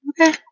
Okay